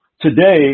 today